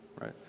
right